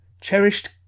Cherished